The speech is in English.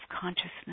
consciousness